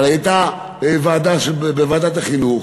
אבל הייתה ועדה בוועדת החינוך.